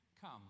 Come